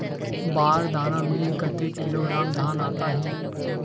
बार दाना में कतेक किलोग्राम धान आता हे?